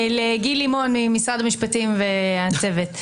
לגיל לימון ממשרד המשפטים והצוות.